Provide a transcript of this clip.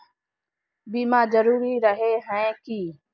बीमा जरूरी रहे है की?